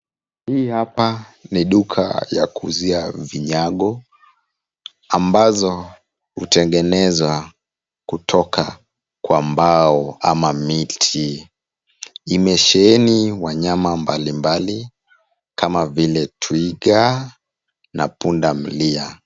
Hii hapa ni duka ya kuuzia vinyago, ambazo hutengenezwa kutoka kwa mbao ama miti. Imesheheni wanyama mbalimbali kama vile twiga na punda milia.